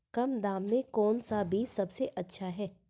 कम दाम में कौन सा बीज सबसे अच्छा है?